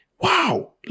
wow